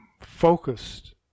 focused